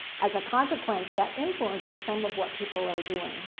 as a consequence, that influences some of what people are doing.